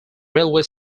railway